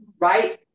right